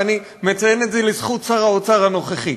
ואני מציין את זה לזכות שר האוצר הנוכחי.